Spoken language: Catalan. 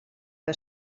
per